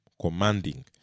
commanding